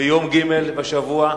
ביום ג' בשבוע,